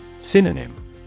Synonym